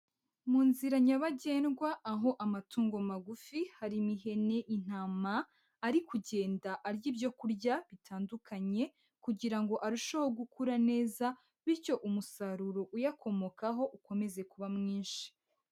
Mu nzira nyabagendwa, aho amatungo magufi harimo ihene, intama, ari kugenda arya ibyo kurya bitandukanye kugira ngo arusheho gukura neza bityo umusaruro uyakomokaho ukomeze kuba mwinshi.